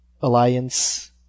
Alliance